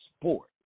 sport